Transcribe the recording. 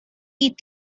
eat